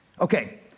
Okay